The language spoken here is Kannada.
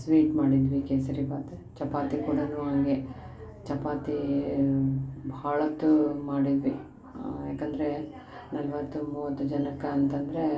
ಸ್ವೀಟ್ ಮಾಡಿದ್ವಿ ಕೇಸ್ರಿಬಾತ ಚಪಾತಿ ಕೂಡನು ಹಂಗೆ ಚಪಾತಿ ಭಾಳ ಹೊತ್ತು ಮಾಡಿದ್ವಿ ಯಾಕಂದರೆ ನಲ್ವತ್ತು ಮೂವತ್ತು ಜನಕ್ಕ ಅಂತಂದರೆ